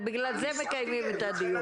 בגלל זה מקיימים את הדיון.